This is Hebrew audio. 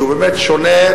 שהוא באמת שונה,